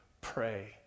pray